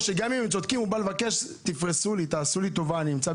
גם אם צודקים, הוא מבקש לפרוס את הקנס